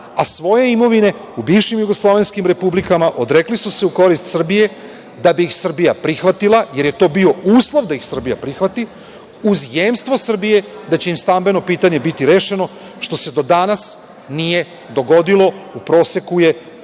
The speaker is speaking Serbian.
a svoje imovine u bivšim jugoslovenskim republikama odrekli su se u korist Srbije, da bi ih Srbija prihvatila, jer je to bio uslov da ih Srbija prihvati, uz jemstvo Srbije da će im stambeno pitanje biti rešeno, što se do danas nije dogodilo. U proseku je